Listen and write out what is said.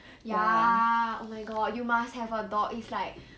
ya oh my god you must have a dog it's like